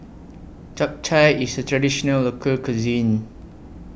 Japchae IS A Traditional Local Cuisine